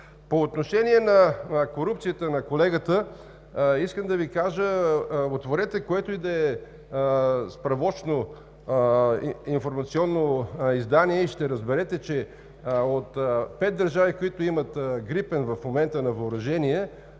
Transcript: По отношение на корупцията, на колегата искам да кажа: отворете което и да е справочно-информационно издание и ще разберете, че от пет държави, които имат „Грипен“ в момента на въоръжение,